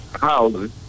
houses